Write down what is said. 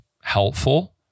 helpful